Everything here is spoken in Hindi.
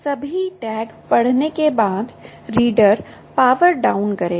सभी टैग पढ़ने के बाद रीडर पावर डाउन करेगा